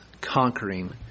conquering